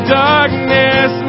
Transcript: darkness